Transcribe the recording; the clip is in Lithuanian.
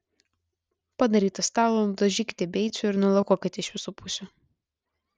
padarytą stalą nudažykite beicu ir nulakuokite iš visų pusių